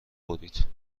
برید